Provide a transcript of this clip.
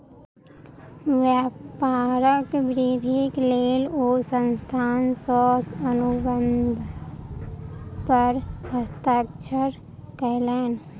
व्यापारक वृद्धिक लेल ओ संस्थान सॅ अनुबंध पर हस्ताक्षर कयलैन